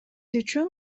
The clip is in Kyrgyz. үчүн